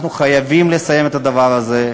אנחנו חייבים לסיים את הדבר הזה.